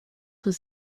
was